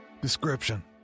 Description